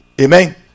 Amen